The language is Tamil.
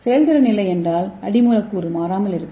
செயல்திறன் இல்லை என்றால் அடி மூலக்கூறு மாறாமல் இருக்கும்